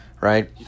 right